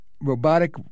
robotic